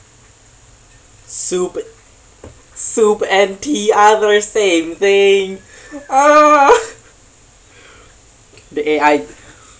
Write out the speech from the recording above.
soup soup and tea are the same thing oh okay I